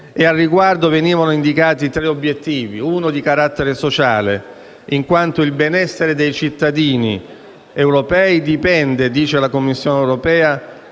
A tal riguardo venivano indicati tre obiettivi: il primo di carattere sociale, in quanto il benessere dei cittadini europei dipende da essa - dice la Commissione europea